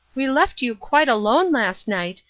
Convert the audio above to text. we left you quite alone last night,